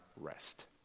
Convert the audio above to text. rest